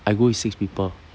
I go with six people